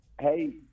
Hey